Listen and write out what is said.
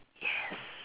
yes